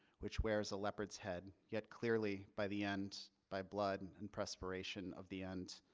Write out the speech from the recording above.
which wears a leopards head get clearly by the end by blood and preparation of the end.